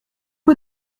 peu